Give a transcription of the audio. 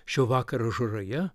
šio vakaro žaroje